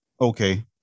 okay